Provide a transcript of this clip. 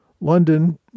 London